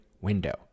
window